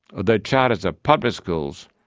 although charters are public schools,